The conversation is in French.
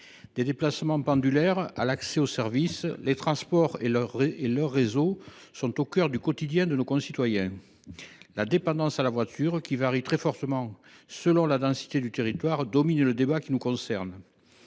Des déplacements pendulaires à l’accès aux services, les transports et leurs réseaux sont au cœur du quotidien de nos concitoyens. La dépendance à la voiture, qui varie très fortement selon la densité du territoire, domine le débat qui nous concerne.